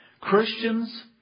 Christians